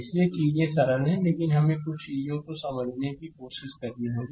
इसलिए चीजें सरल हैं लेकिन हमें कुछ चीजों को समझने की कोशिश करनी होगी